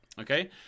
Okay